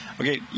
okay